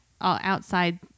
outside